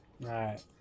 right